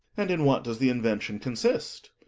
and in what does the invention consist?